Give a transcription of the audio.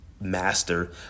master